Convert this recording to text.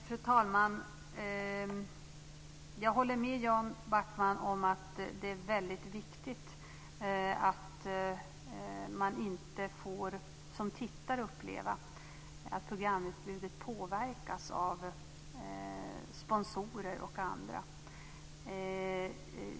Fru talman! Jag håller med Jan Backman om att det är väldigt viktigt att man inte som tittare får uppleva att programutbudet påverkas av sponsorer och andra.